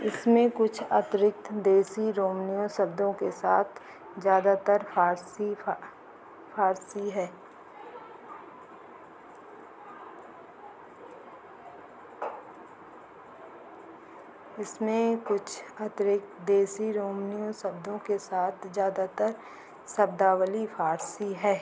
इसमें कुछ अतिरिक्त देशी रोमानियो शब्दों के साथ ज़्यादातर फ़ारसी फ़ारसी है इसमें कुछ अतिरिक्त देशी रोमानियो शब्दों के साथ ज़्यादातर शब्दावली फ़ारसी है